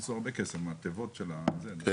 הכניסו הרבה כסף מהתיבות ל --- כן,